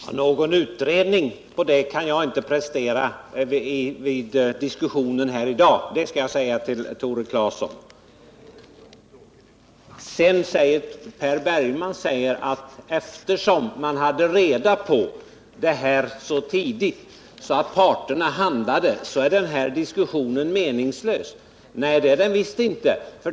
Herr talman! Någon utredning om det kan jag inte prestera vid diskussionen här i dag — det skall jag säga till Tore Claeson. Per Bergman säger att eftersom man hade reda på förslaget så tidigt att parterna redan handlat efter det, så är diskussionen meningslös. Nej, det är den visst inte!